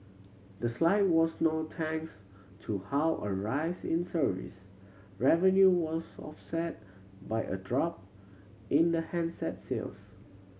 the slide was no thanks to how a rise in service revenue was offset by a drop in the handset sales